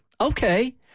okay